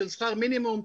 של שכר מינימום,